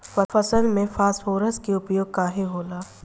फसल में फास्फोरस के उपयोग काहे होला?